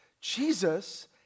Jesus